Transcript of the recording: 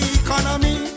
economy